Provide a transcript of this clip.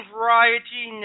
Variety